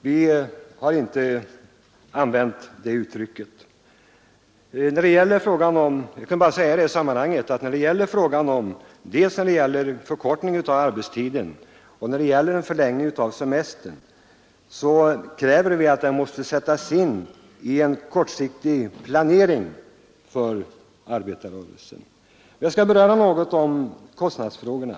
Vi har inte använt det uttrycket. Jag kan bara säga i detta sammanhang att när det gäller dels förkortning av arbetstiden, dels förlängning av semestern kräver vi att dessa frågor sätts in i en kortsiktig planering för arbetarrörelsen. Jag skall något beröra kostnadsfrågorna.